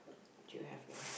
do you have now